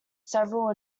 several